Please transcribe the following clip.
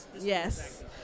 yes